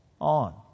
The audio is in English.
on